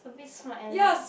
a bit smart alec